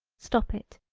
stop it,